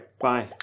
bye